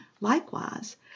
Likewise